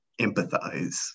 empathize